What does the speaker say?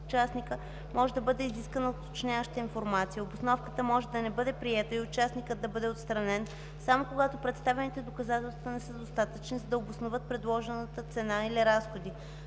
може да бъде изискана уточняваща информация. Обосновката може да не бъде приета и участникът да бъде отстранен само когато представените доказателства не са достатъчни, за да обосноват предложената цена или разходи.